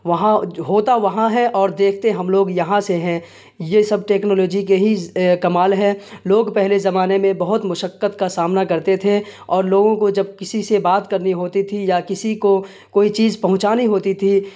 وہاں ہوتا وہاں ہے اور دیکھتے ہم لوگ یہاں سے ہیں یہ سب ٹیکنالاجی کے ہی کمال ہے لوگ پہلے زمانے میں بہت مشقت کا سامنا کرتے تھے اور لوگوں کو جب کسی سے بات کرنی ہوتی تھی یا کسی کو کوئی چیز پہنچانی ہوتی تھی